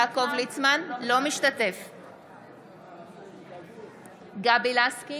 אינו משתתף בהצבעה גבי לסקי,